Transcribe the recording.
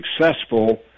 successful